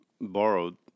borrowed